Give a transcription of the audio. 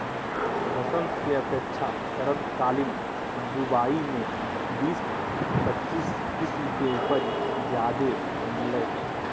बसंत के अपेक्षा शरदकालीन बुवाई में बीस पच्चीस किस्म के उपज ज्यादे मिलय हइ